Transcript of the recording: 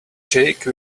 jake